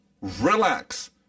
Relax